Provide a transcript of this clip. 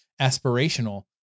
aspirational